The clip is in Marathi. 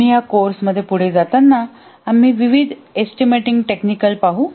आम्ही या कोर्समध्ये पुढे जाताना आम्ही विविध एस्टीमेटिंग टेक्निकल पाहू